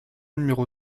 numéro